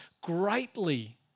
greatly